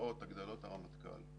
שנקראות הגדלות הרמטכ"ל,